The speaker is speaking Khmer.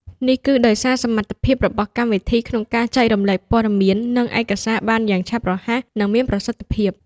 នេះគឺដោយសារសមត្ថភាពរបស់កម្មវិធីក្នុងការចែករំលែកព័ត៌មាន និងឯកសារបានយ៉ាងឆាប់រហ័ស និងមានប្រសិទ្ធភាព។